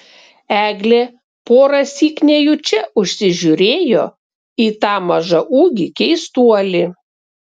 eglė porąsyk nejučia užsižiūrėjo į tą mažaūgį keistuolį